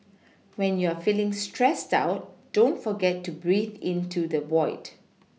when you are feeling stressed out don't forget to breathe into the void